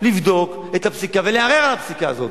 לבדוק את הפסיקה ולערער על הפסיקה הזאת.